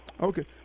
Okay